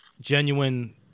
genuine